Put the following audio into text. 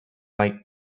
like